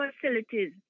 facilities